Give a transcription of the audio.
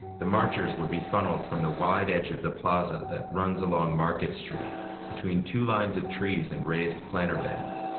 the marchers would be funneled from the wide edge of the plaza that runs along market street between two lines of trees and raised planter beds.